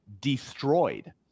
destroyed